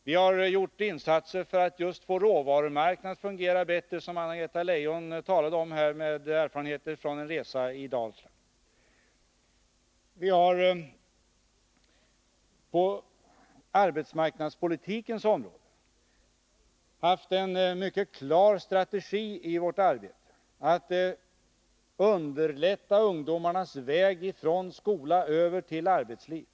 Vi har också gjort insatser för att få råvarumarknaden att fungera bättre — något som Anna-Greta Leijon talade om här efter sina erfarenheter från en resa i Dalsland. På arbetsmarknadspolitikens område har vi haft en mycket klar strategi i vårt arbete för att underlätta ungdomarnas väg från skola över tillarbetsliv.